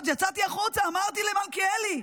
יצאתי החוצה ואמרתי למלכיאלי,